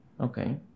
okay